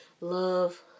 Love